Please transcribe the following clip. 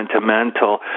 sentimental